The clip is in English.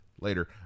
later